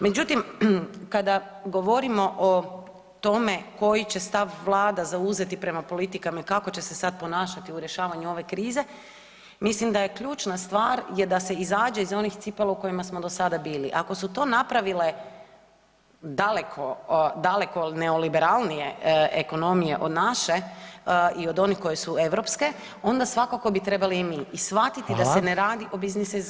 Međutim, kada govorimo o tome koji će stav Vlada zauzeti prema politikama i kako će se sad ponašati u rješavanju ove krize, mislim da je ključna stvar je da se izađe iz onih cipela u kojima smo do sada bili, ako su to napravile daleko neoliberalnije ekonomije od naše i od onih kojih su europske, onda svakako bi trebali i mi i shvatiti da se ne radi o business as usual.